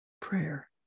Prayer